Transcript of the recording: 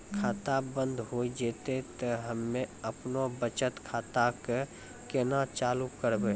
खाता बंद हो जैतै तऽ हम्मे आपनौ बचत खाता कऽ केना चालू करवै?